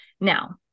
Now